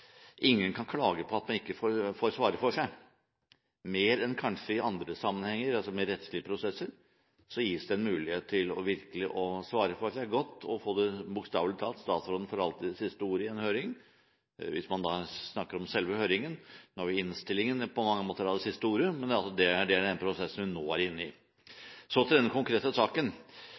ingen kan klage over at man ikke får svare for seg. Mer enn i kanskje andre sammenhenger, som f.eks. i rettslige prosesser, gis det mulighet til å svare godt for seg – bokstavelig talt. Statsråden får alltid det siste ordet i en høring, hvis man snakker om selve høringen. Innstillingen vil på mange måter ha det siste ordet, det er den prosessen vi nå er inne i. Så til denne konkrete saken. Jeg skal ikke være lang, bare vise til